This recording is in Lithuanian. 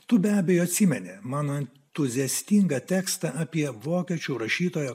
tu be abejo atsimeni mano entuziastingą tekstą apie vokiečių rašytojo